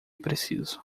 preciso